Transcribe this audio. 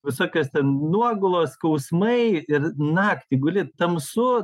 visokios ten nuogulos skausmai ir naktį guli tamsu